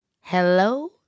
Hello